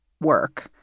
work